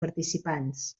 participants